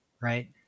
right